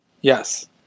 Yes